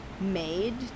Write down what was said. Made